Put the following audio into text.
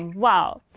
wow.